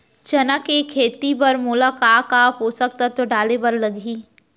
चना के खेती बर मोला का का पोसक तत्व डाले बर लागही?